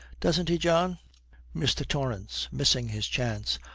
doesn't he, john mr. torrance, missing his chance,